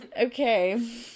Okay